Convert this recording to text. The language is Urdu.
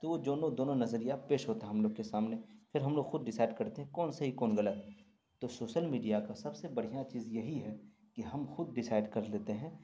تو وہ جونوں دونوں نظریہ پیش ہوتا ہے ہم لوگ کے سامنے پھر ہم لوگ خود ڈسائڈ کرتے ہیں کون صحیح کون غلط تو سوشل میڈیا کا سب سے بڑھیاں چیز یہی ہے کہ ہم خود ڈسائڈ کر لیتے ہیں